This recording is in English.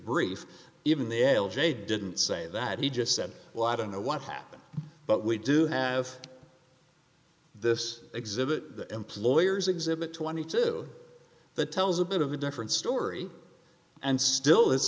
brief even the l j didn't say that he just said well i don't know what happened but we do have this exhibit the employer's exhibit twenty two the tells a bit of a different story and still i